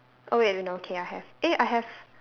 oh wait no okay I have eh I have